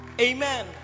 amen